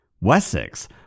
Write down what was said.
Wessex